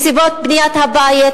נסיבות בניית הבית,